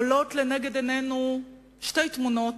עולות לנגד עינינו שתי תמונות,